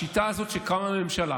בשיטה הזאת, קמה ממשלה